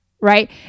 right